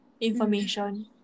Information